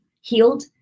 healed